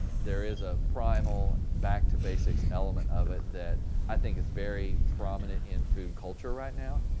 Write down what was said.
there is a primal, back to basics element of it that i think is very prominent in food culture right now.